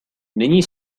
nyní